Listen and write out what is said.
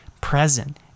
present